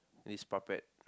this puppet